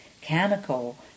chemical